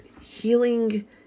healing